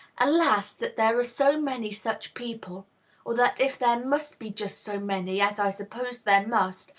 alas! that there are so many such people or that, if there must be just so many, as i suppose there must,